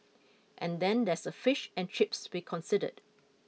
and then there's the fish and chips to be considered